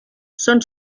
són